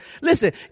Listen